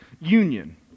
union